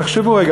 תחשבו רגע,